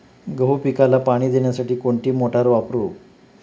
गहू पिकाला पाणी देण्यासाठी कोणती मोटार वापरू?